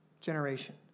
generation